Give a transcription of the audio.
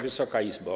Wysoka Izbo!